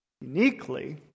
uniquely